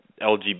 LGBT